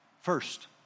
first